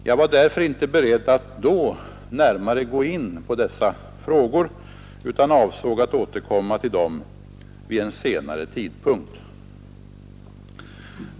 Jag var därför inte beredd att då närmare gå in på dessa frågor utan avsåg att återkomma till dem vid en senare tidpunkt.